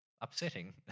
upsetting